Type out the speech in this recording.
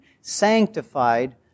sanctified